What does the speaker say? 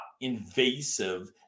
invasive